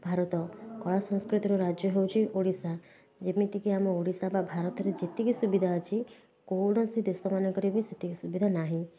ଭାରତ କଳା ସଂସ୍କୃତିର ରାଜ୍ୟ ହେଉଛି ଓଡ଼ିଶା ଯେମିତିକି ଆମ ଓଡ଼ିଶା ବା ଭାରତରେ ଯେତିକି ସୁବିଧା ଅଛି କୌଣସି ଦେଶମାନଙ୍କରେ ବି ସେତିକି ସୁବିଧା ନାହିଁ